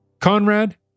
Conrad